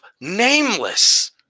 nameless